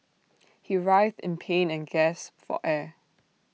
he writhed in pain and gasped for air